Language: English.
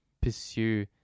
pursue